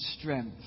strength